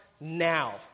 now